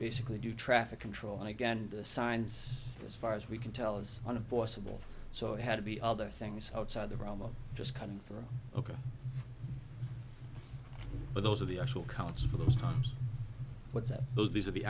basically do traffic control and again the signs as far as we can tell is unavoidable so it had to be other things outside the realm of just coming through ok but those are the actual counts of those times what's that those these are the